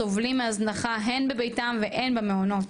סובלים מהזנחה הן בביתם והן במעונות,